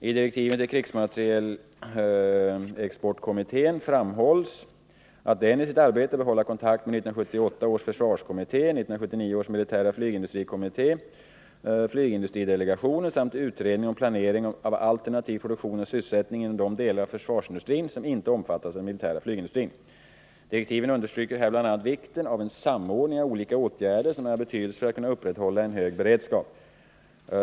I direktiven till krigsmaterielexportkommittén framhålls att den i sitt arbete bör hålla kontakt med 1978 års försvarskommitté , 1979 års militära flygindustrikommitté , flygindustridelegationen (I I direktiven understryks här bl.a. vikten av en samordning av olika åtgärder som är av betydelse för att kunna upprätthålla en hög beredskap.